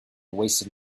wasted